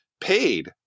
paid